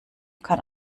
kann